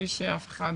בלי שאף אחד